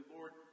Lord